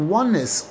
oneness